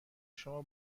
شما